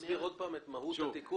תסביר פעם נוספת את מהות התיקון.